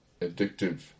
addictive